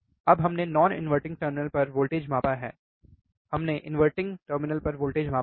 अब हमने non inverting terminal पर वोल्टेज मापा है हमने इनवर्टिंग टर्मिनल पर वोल्टेज मापा है